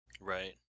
Right